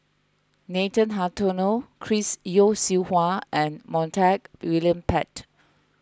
Nathan Hartono Chris Yeo Siew Hua and Montague William Pett